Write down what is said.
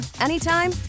anytime